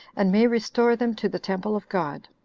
and may restore them to the temple of god.